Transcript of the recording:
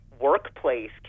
workplace